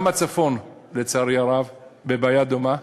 גם הצפון, לצערי הרב, בבעיה דומה,